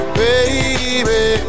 baby